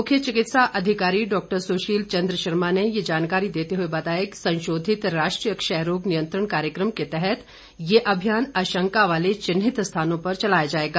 मुख्य चिकित्सा अधिकारी डॉक्टर सुशील चन्द्र शर्मा ने ये जानकारी देते हुए बताया कि संशोधित राष्ट्रीय क्षयरोग नियंत्रण कार्यक्रम के तहत ये अभियान आशंका वाले चिन्हित स्थानों पर चलाया जाएगा